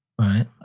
Right